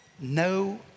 no